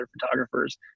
photographers